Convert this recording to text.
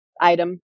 item